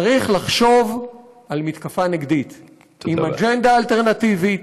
צריך לחשוב על מתקפה נגדית עם אג'נדה אלטרנטיבית,